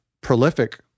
prolific